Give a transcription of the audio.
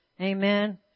Amen